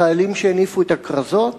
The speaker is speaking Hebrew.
החיילים שהניפו את הכרזות